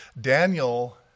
Daniel